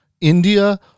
India